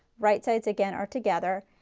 right sides again are together.